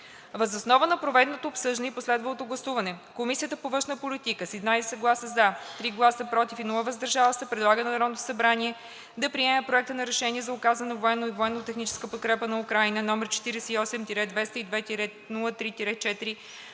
Въз основа на проведеното обсъждане и последвалото гласуване: 1. Комисията по външна политика с 11 гласа „за“, 3 гласа „против“, без „въздържал се“ предлага на Народното събрание да приеме Проект на решение за оказване на военна и военно техническа подкрепа на Украйна, № 48-202-03-4,